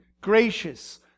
gracious